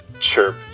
Chirp